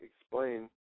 explain